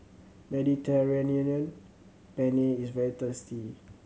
Mediterranean Penne is very tasty